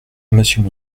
monsieur